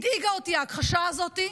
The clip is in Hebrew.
הדאיגה אותי ההכחשה הזאת,